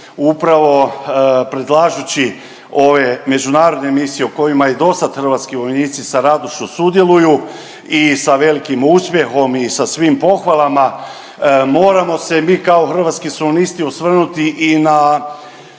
Upravo predlažući ove međunarodne misije u kojima i dosad hrvatski vojnici sa radošću sudjeluju i sa velikim uspjehom i sa svim pohvalama moramo se mi kao Hrvatski suverenisti osvrnuti i na